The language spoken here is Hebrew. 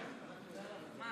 כבוד